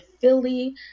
Philly